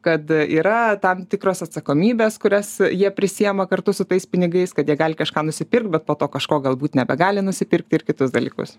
kad yra tam tikros atsakomybės kurias jie prisiima kartu su tais pinigais kad jie gali kažką nusipirkt bet po to kažko galbūt nebegali nusipirkti ir kitus dalykus